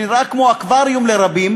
שנראה כמו אקווריום לרבים,